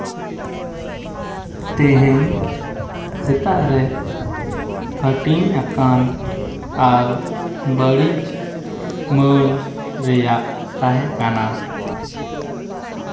ᱛᱮᱦᱮᱧ ᱥᱮᱛᱟᱜ ᱨᱮ ᱦᱟᱹᱴᱤᱧ ᱟᱠᱟᱱ ᱟᱨ ᱵᱟᱹᱲᱤᱡ ᱢᱚᱸᱧ ᱨᱮᱭᱟᱜ ᱛᱟᱦᱮᱸ ᱠᱟᱱᱟ